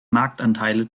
marktanteile